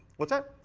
what's that?